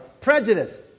Prejudice